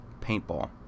Paintball